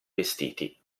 vestiti